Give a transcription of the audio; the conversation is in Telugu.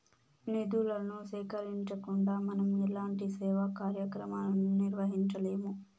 నిధులను సేకరించకుండా మనం ఎలాంటి సేవా కార్యక్రమాలను నిర్వహించలేము